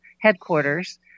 headquarters